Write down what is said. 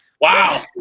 Wow